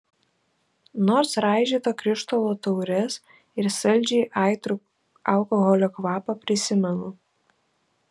nors raižyto krištolo taures ir saldžiai aitrų alkoholio kvapą prisimenu